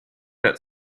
that